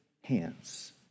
hands